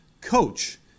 Coach